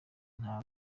nta